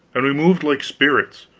and we moved like spirits,